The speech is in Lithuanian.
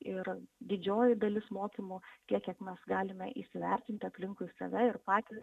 ir didžioji dalis mokymų tiek kiek mes galime įsivertinti aplinkui save ir patys